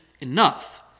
enough